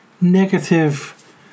negative